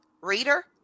reader